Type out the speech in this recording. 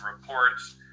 reports